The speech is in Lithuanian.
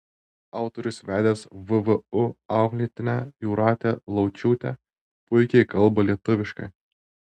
autorius vedęs vvu auklėtinę jūratę laučiūtę puikiai kalba lietuviškai